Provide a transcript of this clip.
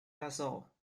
vessel